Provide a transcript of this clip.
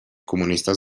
comunistes